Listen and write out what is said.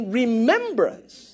remembrance